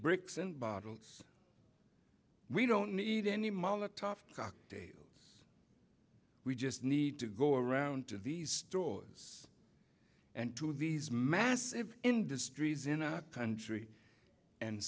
bricks and bottles we don't need any mama tough day we just need to go around to these stores and to these massive industries in our country and